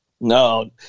No